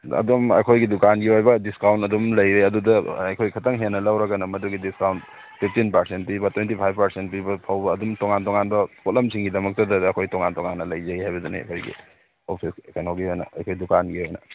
ꯑꯗꯣꯝ ꯑꯩꯈꯣꯏꯒꯤ ꯗꯨꯀꯥꯟꯒꯤ ꯑꯣꯏꯕ ꯗꯤꯁꯀꯥꯎꯅ ꯑꯗꯨꯝ ꯂꯩꯔꯦ ꯑꯗꯨꯗ ꯑꯩꯈꯣꯏ ꯈꯤꯇꯪ ꯍꯦꯟꯅ ꯂꯧꯔꯒꯅ ꯃꯗꯨꯒꯤ ꯗꯤꯁꯀꯥꯎꯟ ꯐꯤꯐꯇꯤꯟ ꯄꯥꯔꯁꯦꯟ ꯄꯤꯕ ꯇ꯭ꯋꯦꯟꯇꯤ ꯐꯥꯏꯕ ꯄꯥꯔꯁꯦꯟ ꯄꯤꯕ ꯐꯥꯎꯕ ꯑꯗꯨꯝ ꯇꯣꯉꯥꯟ ꯇꯣꯉꯥꯟꯕ ꯄꯣꯠꯂꯝꯁꯤꯡꯒꯤ ꯗꯃꯛꯇꯗꯇ ꯑꯩꯈꯣꯏ ꯇꯣꯉꯥꯟ ꯇꯣꯉꯥꯟꯅ ꯂꯩꯖꯩ ꯍꯥꯏꯕꯗꯨꯅꯤ ꯑꯩꯈꯣꯏꯒꯤ ꯑꯣꯐꯤꯁ ꯀꯩꯅꯣꯒꯤ ꯑꯣꯏꯅ ꯑꯩꯈꯣꯏ ꯗꯨꯀꯥꯟꯒꯤ ꯑꯣꯏꯅ